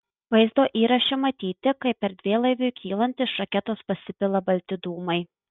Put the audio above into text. vaizdo įraše matyti kaip erdvėlaiviui kylant iš raketos pasipila balti dūmai